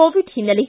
Covid ಹಿನ್ನೆಲೆ